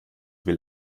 will